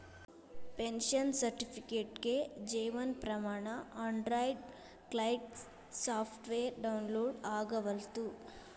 pension ಸರ್ಟಿಫಿಕೇಟ್ಗೆ Jeevan Pramaan Android client software download ಆಗವಲ್ತು